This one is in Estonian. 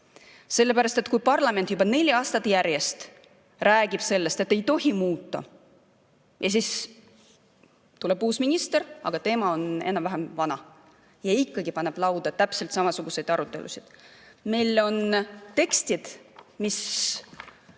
kätte. Parlament juba neli aastat järjest räägib sellest, et ei tohi muuta, ja siis tuleb uus minister, ta on enam-vähem vana, ja ikkagi paneb lauda täpselt samasugused arutelud. Meil on tekstid, mida